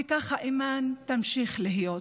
וככה אימאן תמשיך להיות,